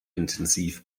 intensiv